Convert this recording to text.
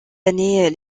années